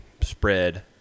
spread